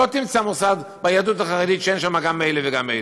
לא תמצא מוסד ביהדות החרדית שאין שם גם מאלה וגם מאלה.